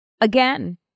Again